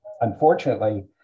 unfortunately